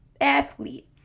athlete